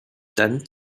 dann